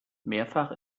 mehrfach